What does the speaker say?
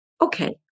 Okay